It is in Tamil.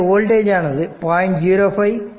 எனவே வோல்டேஜ் ஆனது 0